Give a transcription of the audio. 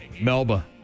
Melba